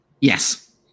yes